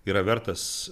yra vertas